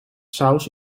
saus